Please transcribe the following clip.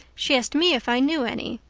she asked me if i knew any.